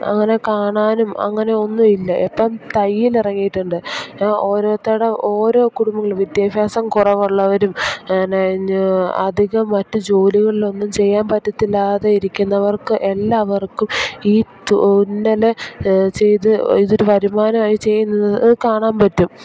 അങ്ങനെ കാണാനും അങ്ങനെ ഒന്നും ഇല്ല ഇപ്പം തയ്യൽ ഇറങ്ങിയിട്ടുണ്ട് ഒരോരുത്തരുടെ ഓരോ കുടുംബങ്ങളും വിദ്യാഭ്യാസം കുറവുള്ളവരും അധിക മറ്റ് ജോലികളിൽ ഒന്നും ചെയ്യാൻ പറ്റത്തില്ലാതെ ഇരിക്കുന്നവർക്ക് എല്ലാവർക്കും ഈ തുന്നൽ ചെയ്ത് ഇതൊരു വരുമാനം ആയി ചെയ്യുന്നത് കാണാൻ പറ്റും